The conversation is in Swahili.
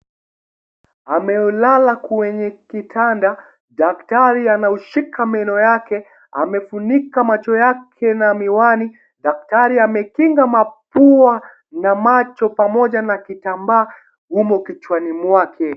Ameulala kwenye kitanda daktari ameushika meno yake amefunika macho yake na miwani, daktari amekinga mapua na macho pamoja na kitambaa humu kichwani mwake.